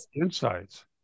insights